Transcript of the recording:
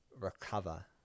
recover